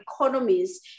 economies